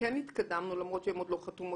כן התקדמנו למרות שהן עוד לא חתומות,